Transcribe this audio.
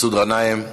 מסעוד גנאים,